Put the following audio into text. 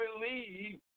believe